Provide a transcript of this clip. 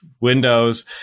Windows